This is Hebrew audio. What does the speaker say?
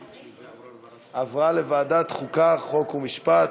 עברה לוועדת החוקה, חוק ומשפט.